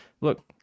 look